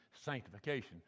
sanctification